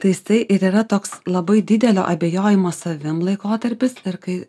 tai jisai ir yra toks labai didelio abejojimo savim laikotarpis kai